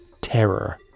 terror